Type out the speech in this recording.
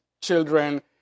children